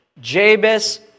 Jabez